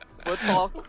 Football